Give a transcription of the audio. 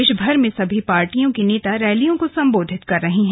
देशभर में सभी पार्टियों के नेता रैलियों को सम्बोधित कर रहे हैं